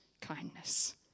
kindness